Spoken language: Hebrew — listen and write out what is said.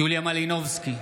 יוליה מלינובסקי,